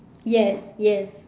yes yes